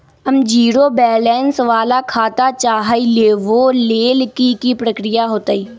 हम zero balance वाला खाता चाहइले वो लेल की की प्रक्रिया होतई?